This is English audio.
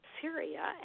Syria